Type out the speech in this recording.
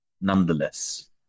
nonetheless